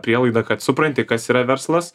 prielaidą kad supranti kas yra verslas